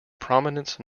prominence